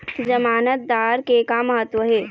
जमानतदार के का महत्व हे?